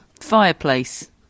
fireplace